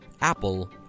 Apple